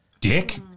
Dick